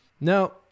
No